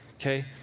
okay